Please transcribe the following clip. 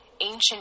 ancient